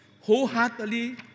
wholeheartedly